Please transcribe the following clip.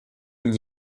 n’y